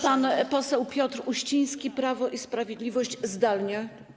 Pan poseł Piotr Uściński, Prawo i Sprawiedliwość, zdalnie.